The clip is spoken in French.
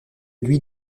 lui